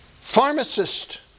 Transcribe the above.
Pharmacist